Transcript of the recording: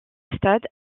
stade